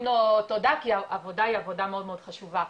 לו תודה כי העבודה היא עבודה מאוד חשובה.